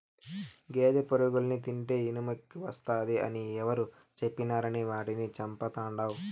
గేదె పురుగుల్ని తింటే ఇనుమెక్కువస్తాది అని ఎవరు చెప్పినారని వాటిని చంపతండాడు